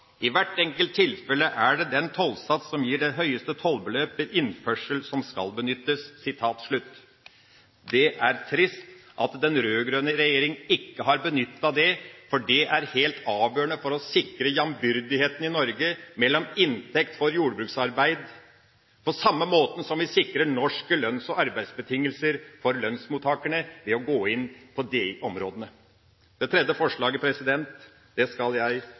den tollsats som gir det høyeste tollbeløp ved innførsel som skal benyttes.» Det er trist at den rød-grønne regjeringa ikke har benyttet det, fordi det er helt avgjørende for å sikre jambyrdigheten i Norge mellom inntekt for jordbruksarbeid, på samme måten som vi sikrer norske lønns- og arbeidsbetingelser for lønnsmottakerne ved å gå inn på de områdene. Det tredje forslaget skal jeg begrunne i neste omgang. Det